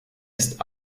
ist